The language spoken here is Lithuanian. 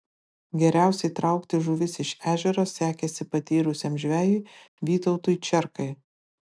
geriausiai traukti žuvis iš ežero sekėsi patyrusiam žvejui vytautui čerkai